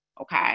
Okay